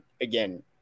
again